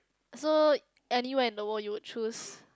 so anywhere in the world you would choose